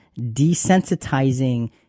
desensitizing